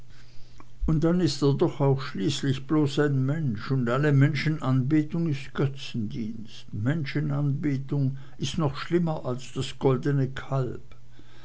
und dann ist er doch auch schließlich bloß ein mensch und alle menschenanbetung ist götzendienst menschenanbetung ist noch schlimmer als das goldene kalb